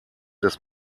des